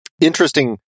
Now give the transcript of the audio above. interesting